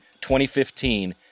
2015